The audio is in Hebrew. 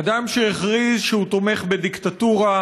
אדם שהכריז שהוא תומך בדיקטטורה,